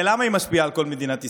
ולמה היא משפיעה על כל מדינת ישראל?